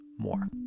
more